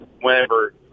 whenever